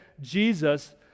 Jesus